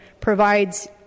provides